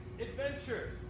adventure